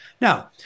Now